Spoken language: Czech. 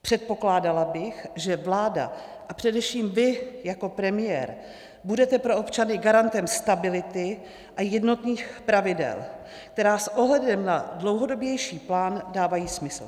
Předpokládala bych, že vláda a především vy jako premiér budete pro občany garantem stability a jednotných pravidel, která s ohledem na dlouhodobější plán dávají smysl.